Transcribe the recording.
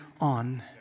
on